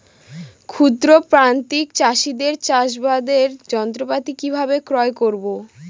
ক্ষুদ্র প্রান্তিক চাষীদের চাষাবাদের যন্ত্রপাতি কিভাবে ক্রয় করব?